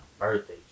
Birthday